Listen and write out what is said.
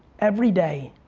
every day,